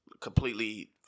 completely